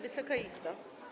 Wysoka Izbo!